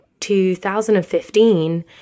2015